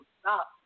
Stop